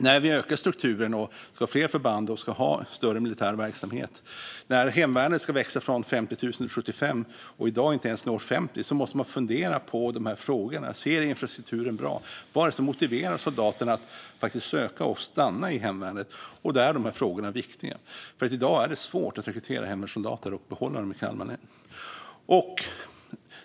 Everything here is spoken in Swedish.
När vi ökar strukturen, ska ha fler förband och en större militär verksamhet, när hemvärnet ska växa från 50 000 till 75 000 och i dag inte ens når 50 000 måste vi fundera på de här frågorna: Ser infrastrukturen bra ut? Vad är det som motiverar soldaterna att faktiskt söka till och stanna i hemvärnet? Då är de här frågorna viktiga, för i dag är det svårt att rekrytera och behålla hemvärnssoldater i Kalmar län.